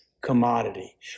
commodity